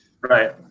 Right